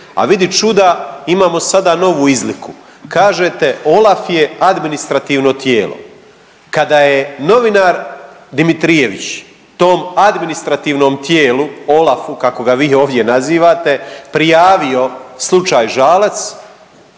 a vidi čuda imamo sada novu izliku, kažete OLAF je administrativno tijelo. Kada je novinar Dimitrijević tom administrativnom tijelu, OLAF-u kako ga vi ovdje nazivate, prijavio slučaj Žalac,